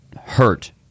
hurt